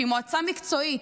שהיא מועצה מקצועית,